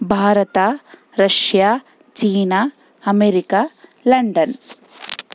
Bharat Russia China America London